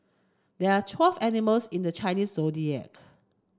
there are twelve animals in the Chinese Zodiac